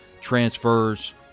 transfers